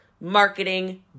marketing